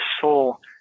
soul